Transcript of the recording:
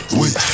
wait